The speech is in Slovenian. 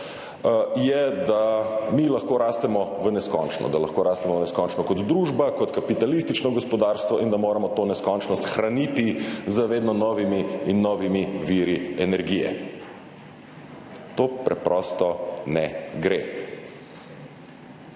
je, da mi lahko rastemo v neskončno, da lahko rastemo v neskončno kot družba, kot kapitalistično gospodarstvo in da moramo to neskončnost hraniti z vedno novimi in novimi viri energije. To preprosto ne gre.